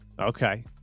Okay